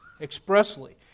expressly